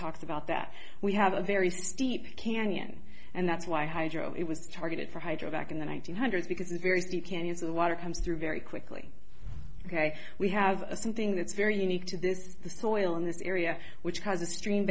talks about that we have a very steep canyon and that's why hydro it was targeted for hydro back in the one nine hundred because it's very steep canyons the water comes through very quickly ok we have something that's very unique to this the soil in this area which has a stream